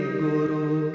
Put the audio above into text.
guru